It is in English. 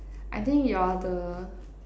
I think you're the